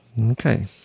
okay